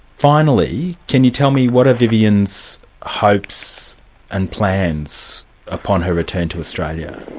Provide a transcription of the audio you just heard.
finally, can you tell me what are vivian's hopes and plans upon her return to australia?